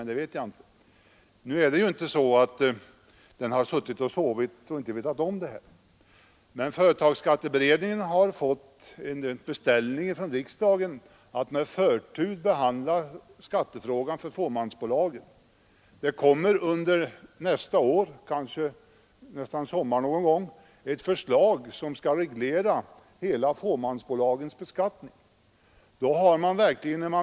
Det gäller kanske inte företagsskatteberedningen, för då angriper hon ju sig själv, utan det är väl några andra hon angriper.